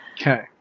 okay